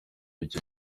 icyo